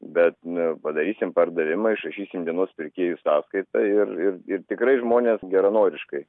bet padarysim pardavimą išrašysim dienos pirkėjų sąskaitą ir ir ir tikrai žmonės geranoriškai